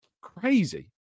Crazy